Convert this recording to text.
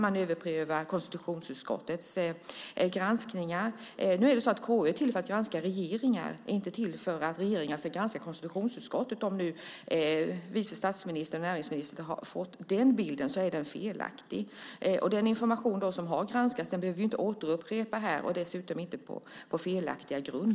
Man överprövar konstitutionsutskottets granskningar. KU är till för att granska regeringar. Det är inte till för att regeringar ska granska konstitutionsutskottet. Om vice statsministern och näringsministern har fått den bilden är den fel. Den information som har granskats, dessutom på felaktiga grunder, behöver vi ju inte upprepa här.